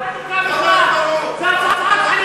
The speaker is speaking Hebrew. למה התפרעות?